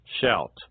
Shout